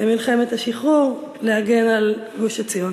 למלחמת השחרור להגן על גוש-עציון.